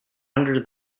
under